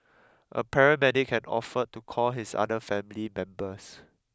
a paramedic had offered to call his other family members